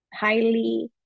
highly